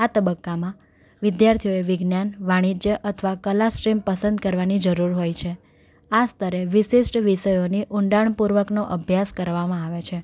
આ તબક્કામાં વિદ્યાર્થીઓએ વિજ્ઞાન વાણિજ્ય અથવા કલા સ્ટ્રીમ પસંદ કરવાની જરૂર હોય છે આ સ્તરે વિશિષ્ટ વિષયોની ઊંડાણપૂર્વકનો અભ્યાસ કરવામાં આવે છે